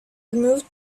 removed